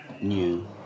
new